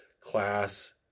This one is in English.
class